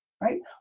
Right